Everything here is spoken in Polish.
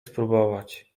spróbować